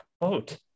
quote